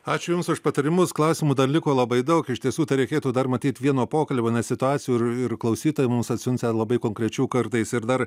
ačiū jums už patarimus klausimų dar liko labai daug iš tiesų tai reikėtų dar matyt vieno pokalbio nes situacijų ir ir klausytojai mums atsiunčia labai konkrečių kartais ir dar